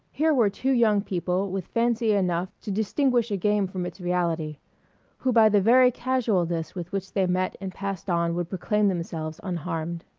here were two young people with fancy enough to distinguish a game from its reality who by the very casualness with which they met and passed on would proclaim themselves unharmed.